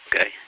Okay